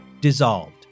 dissolved